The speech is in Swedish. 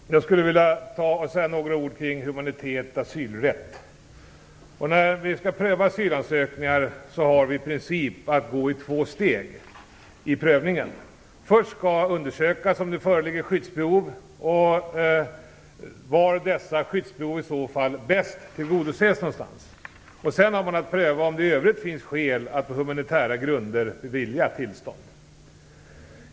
Herr talman! Jag skulle vilja säga några ord kring humanitet och asylrätt. När vi skall pröva asylansökningar har vi i princip två steg i prövningen. Först skall det undersökas om det föreligger skyddsbehov och var någonstans dessa skyddsbehov i så fall bäst tillgodoses. Sedan har man att pröva om det i övrigt finns skäl att på humanitära grunder bevilja tillstånd.